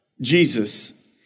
Jesus